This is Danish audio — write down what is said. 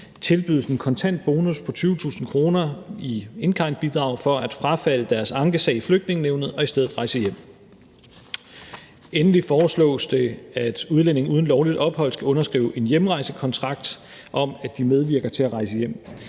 tilbydes en kontant bonus på 20.000 kr. i engangsbidrag for at frafalde deres ankesag i Flygtningenævnet og i stedet rejse hjem. Endelig foreslås det, at udlændinge uden lovligt ophold skal underskrive en hjemrejsekontrakt om, at de medvirker til at rejse hjem.